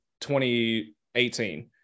2018